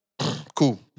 Cool